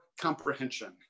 comprehension